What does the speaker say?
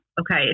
okay